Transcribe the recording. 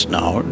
now